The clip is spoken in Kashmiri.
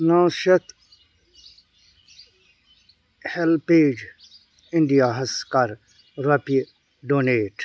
نَو شیٚتھ ہیٚلپیج اِنٛڈیاہَس کَر رۄپیہِ ڈونیٹ